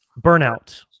burnout